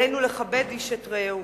עלינו לכבד איש את רעהו.